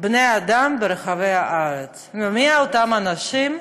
בני-אדם ברחבי הארץ, ומיהם אותם אנשים?